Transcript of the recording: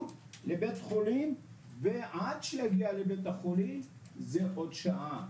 לבית חולים ועד שיגיע לבית החולים זה עוד שעה